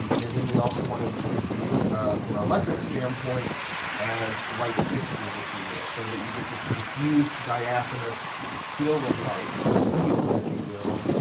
um and then we also wanted to treat these from an electric standpoint as light fixtures, if you will, so that you get this diffuse diaphanous feel of light, the field, if you will,